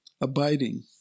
abiding